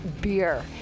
beer